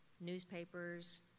newspapers